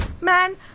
Man